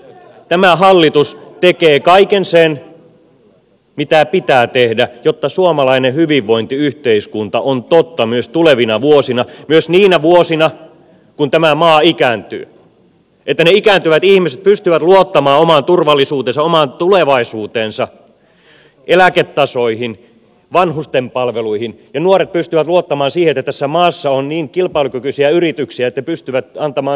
tämä hallitus tekee kaiken sen mitä pitää tehdä jotta suomalainen hyvinvointiyhteiskunta on totta myös tulevina vuosina myös niinä vuosina kun tämä maa ikääntyy niin että ne ikääntyvät ihmiset pystyvät luottamaan omaan turvallisuuteensa omaan tulevaisuuteensa eläketasoihin vanhustenpalveluihin ja nuoret pystyvät luottamaan siihen että tässä maassa on niin kilpailukykyisiä yrityksiä että ne pystyvät antamaan työtä